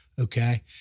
Okay